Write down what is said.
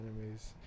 enemies